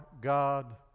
God